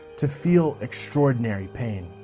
to feel extraordinary pain.